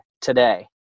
today